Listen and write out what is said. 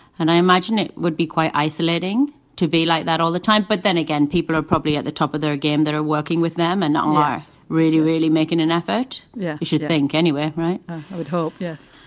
and i imagine it would be quite isolating to be like that all the time. but then again, people are probably at the top of their game that are working with them and um are really, really making an effort. yeah, you should think anyway, right? i would hope, yes.